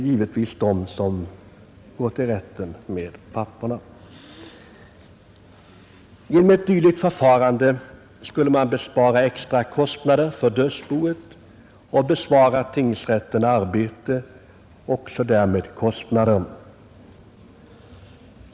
Genom ett dylikt förfarande skulle man bespara dödsboet extra kostnader och bespara tingsrätten arbete och därmed även kostnader.